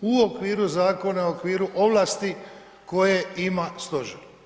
u okviru zakona, u okviru ovlasti koje ima stožer.